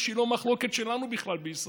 שהיא בכלל לא מחלוקת שלנו בישראל?